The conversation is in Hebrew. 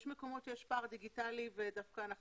יש מקומות שיש פער דיגיטלי ודווקא אנחנו